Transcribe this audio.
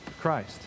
Christ